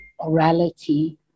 orality